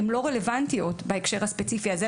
למיטב ידיעתי הן לא רלוונטיות בהקשר הספציפי הזה.